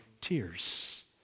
tears